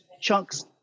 chunks